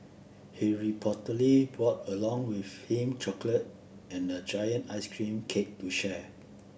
he reportedly brought along with him chocolate and a giant ice cream cake to share